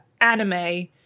anime